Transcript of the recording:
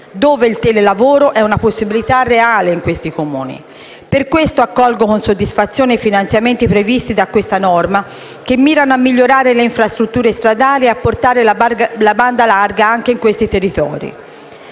dove il telelavoro è una possibilità reale in questi Comuni. Per questo accolgo con soddisfazione i finanziamenti previsti da questa norma che mirano a migliorare le infrastrutture stradali e a portare la banda larga anche in questi territori.